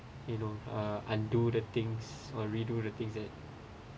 you know uh undo the things or redo the things that